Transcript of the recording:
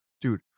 dude